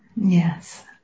Yes